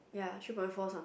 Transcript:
ya three point four some